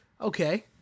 okay